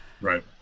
Right